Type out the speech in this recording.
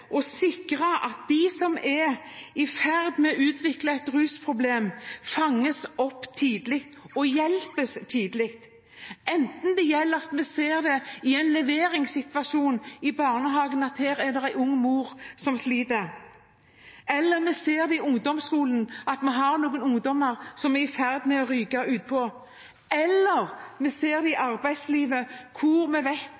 å sikre at de som er i ferd med å utvikle et rusproblem, fanges opp og hjelpes tidlig – enten vi ser det i en leveringssituasjon i barnehagen, at det er en ung mor som sliter, eller vi ser det i ungdomsskolen, at det er noen ungdommer som er i ferd med å ryke utpå, eller vi ser det i arbeidslivet, et fravær som vi vet